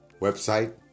website